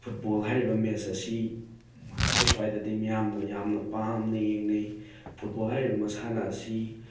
football ꯍꯥꯏꯔꯤꯕ match ꯑꯁꯤ ꯑꯩꯈꯣꯏ ꯁ꯭ꯋꯥꯏꯗꯗꯤ ꯃꯤꯌꯥꯝꯅ ꯌꯥꯝꯅ ꯄꯥꯝꯅ ꯌꯦꯡꯅꯩ ꯐꯨꯠꯕꯣꯜ ꯍꯥꯏꯔꯤꯕ ꯃꯥꯁꯥꯟꯅ ꯑꯁꯤ